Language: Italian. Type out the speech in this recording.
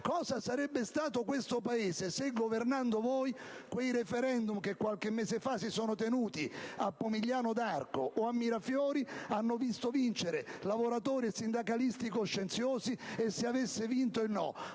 Cosa sarebbe stato questo Paese se governando voi a quei *referendum,* che qualche mese fa si sono tenuti a Pomigliano d'Arco o a Mirafiori e che hanno visto vincere lavoratori e sindacalisti coscienziosi, avesse vinto il no?